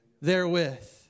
therewith